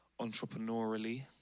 entrepreneurially